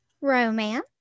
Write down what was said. romance